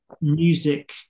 music